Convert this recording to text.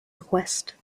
request